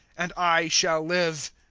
and i shall live.